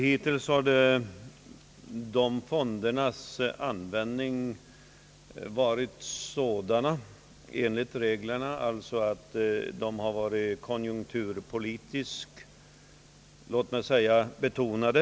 Hittills har användningen av dessa fonder enligt reglerna varit så att säga konjunkturpolitiskt betonad.